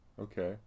Okay